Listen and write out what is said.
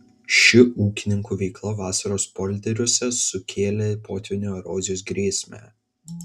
ši ūkininkų veikla vasaros polderiuose sukėlė potvynio erozijos grėsmę